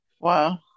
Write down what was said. Wow